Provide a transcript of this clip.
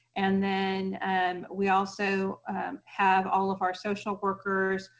and then and we also have all of our social workers,